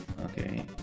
Okay